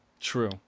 True